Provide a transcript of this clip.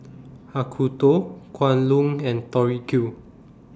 Acuto Kwan Loong and Tori Q